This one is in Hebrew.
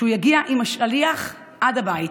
שהוא יגיע עם השליח עד הבית.